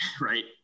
right